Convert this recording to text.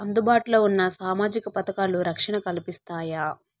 అందుబాటు లో ఉన్న సామాజిక పథకాలు, రక్షణ కల్పిస్తాయా?